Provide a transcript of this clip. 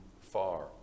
far